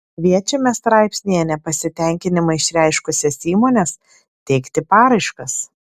kviečiame straipsnyje nepasitenkinimą išreiškusias įmones teikti paraiškas